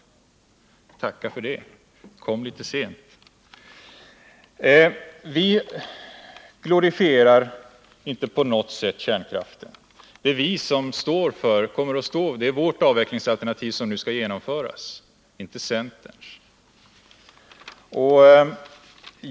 Jag tackar för det — det kommer litet sent. Vi glorifierar inte på något sätt kärnkraften. Det är vårt avvecklingsalternativ som nu skall genomföras, inte centerns.